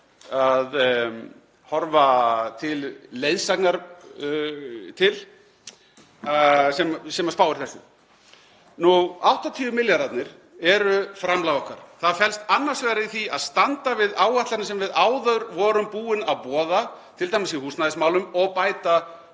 að horfa til leiðsagnar hjá, sem spáir þessu. Nú, 80 milljarðarnir eru framlag okkar. Það felst annars vegar í því að standa við áætlanir sem við vorum áður búin að boða, t.d. í húsnæðismálum, og bæta